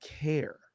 care